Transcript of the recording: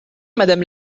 madame